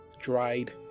dried